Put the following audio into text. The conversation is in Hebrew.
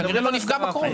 הוא כנראה לא נפגע בקורונה.